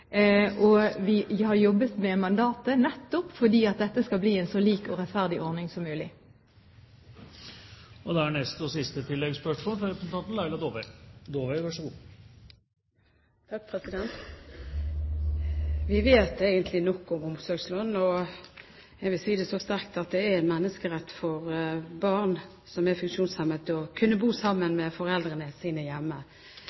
Vi har jobbet med mandatet nettopp fordi dette skal bli en så lik og rettferdig ordning som mulig. Laila Dåvøy – til oppfølgingsspørsmål. Vi vet egentlig nok om omsorgslønn. Jeg vil si det så sterkt at det er en menneskerett for barn som er funksjonshemmet, å kunne bo